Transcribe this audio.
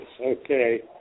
Okay